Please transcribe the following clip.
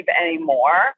anymore